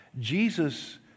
Jesus